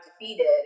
defeated